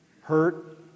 hurt